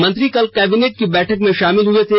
मंत्री कल कैबिनेट की बैठक में शामिल हए थे